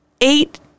eight